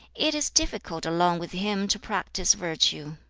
it is difficult along with him to practise virtue